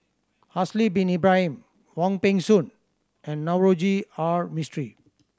Haslir Bin Ibrahim Wong Peng Soon and Navroji R Mistri